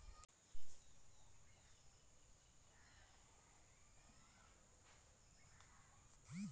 भेड़क जे मेन खनिजेर जरूरत हछेक वहात फास्फोरस सल्फर आर कैल्शियम शामिल छेक